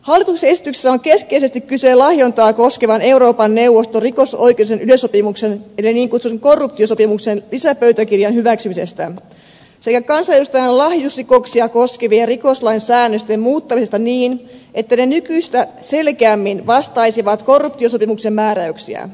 hallituksen esityksessä on keskeisesti kyse lahjontaa koskevan euroopan neuvoston rikosoikeudellisen yleissopimuksen eli niin kutsutun korruptiosopimuksen lisäpöytäkirjan hyväksymisestä sekä kansanedustajan lahjusrikoksia koskevien rikoslain säännösten muuttamisesta niin että ne nykyistä selkeämmin vastaisivat korruptiosopimuksen määräyksiä